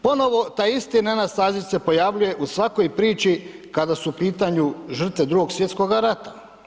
Ponovo taj isti Nenad Stazić se pojavljuje u svakoj priči kada su u pitanju žrtve Drugog svjetskog rata.